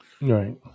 Right